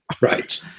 Right